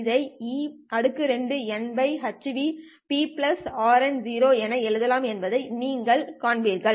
இதை e2η hν P RN என எழுதலாம் என்பதை நீங்கள் காண்பீர்கள்